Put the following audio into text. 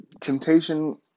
Temptation